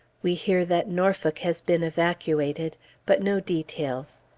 we hear that norfolk has been evacuated but no details.